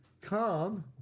Come